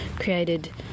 created